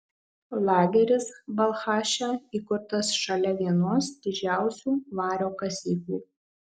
lageris balchaše įkurtas šalia vienos didžiausių vario kasyklų